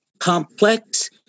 complex